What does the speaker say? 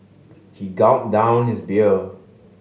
he gulped down his beer